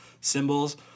symbols